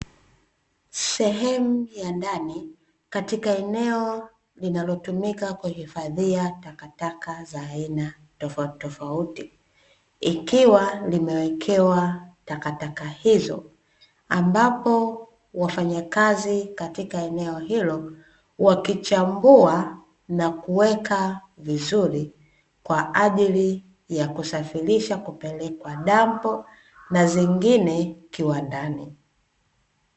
Sehemu ya ndani katika eneo linalotumika kuhifadhia takataka za aina tofautitofauti, ikiwa limewekewa takataka hizo, ambapo wafanyakazi katika eneo hilo, wakichambua na kuweka vizuri, kwa ajili ya kusafirisha kupelekwa dampo na zingine kiwandani.